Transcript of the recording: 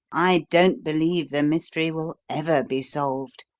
i don't believe the mystery will ever be solved.